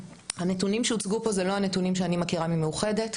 הנתונים שהוצגו פה הם לא הנתונים שאני מכירה ממאוחדת,